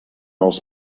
els